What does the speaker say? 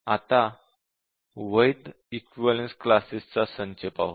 आता वैध equivalence classes चा संच पाहू